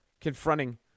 confronting